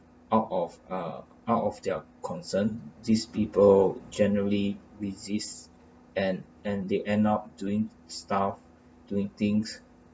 out of ah out of their concern these people generally resist and and they end up doing stuff doing things